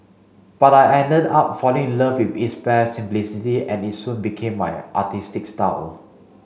but I ended up falling in love with its bare simplicity and it soon became my artistic style